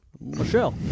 Michelle